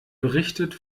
berichtet